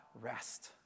rest